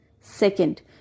Second